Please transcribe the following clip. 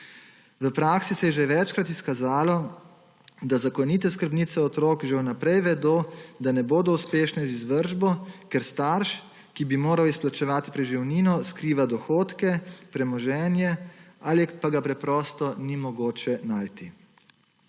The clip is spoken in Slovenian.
V praksi se je že večkrat izkazalo, da zakonite skrbnice otrok že vnaprej vedo, da ne bodo uspešne z izvršbo, ker starš, ki bi moral izplačevati preživnino, skriva dohodke, premoženje ali pa ga preprosto ni mogoče najti.